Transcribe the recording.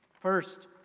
First